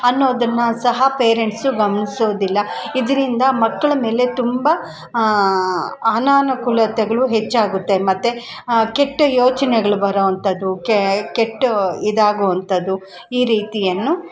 ಅನ್ನೋದನ್ನು ಸಹ ಪೇರೆಂಟ್ಸು ಗಮನಿಸೋದಿಲ್ಲ ಇದರಿಂದ ಮಕ್ಳ ಮೇಲೆ ತುಂಬ ಅನನುಕೂಲತೆಗಳು ಹೆಚ್ಚಾಗುತ್ತೆ ಮತ್ತು ಕೆಟ್ಟ ಯೋಚನೆಗ್ಳು ಬರೋ ಅಂಥದ್ದು ಕೆಟ್ಟ ಇದಾಗೋ ಅಂಥದ್ದು ಈ ರೀತಿಯನ್ನು